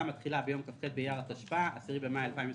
המתחילה ביום כ"ח באייר התשפ"א (10 במאי 2021)